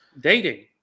Dating